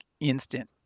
instant